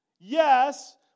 yes